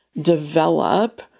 develop